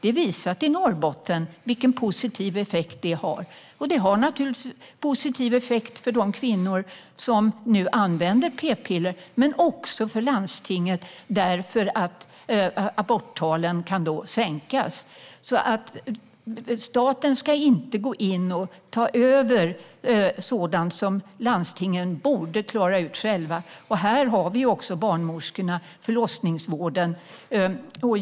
I Norrbotten har man visat vilken positiv effekt det har. Det har positiv effekt för de kvinnor som använder p-piller, men det har också positiv effekt för landstinget, för aborttalen kan sänkas. Staten ska inte gå in och ta över sådant som landstingen borde klara själva. Här har vi också barnmorskorna och förlossningsvården.